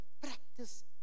practice